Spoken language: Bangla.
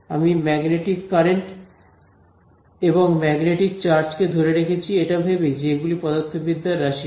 আমি ম্যাগনেটিক কারেন্ট এবং ম্যাগনেটিক চার্জ কে ধরে রেখেছি এটা ভেবেই যে এগুলি পদার্থবিদ্যার রাশি নয়